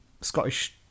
Scottish